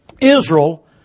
Israel